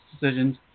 decisions